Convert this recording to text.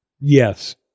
Yes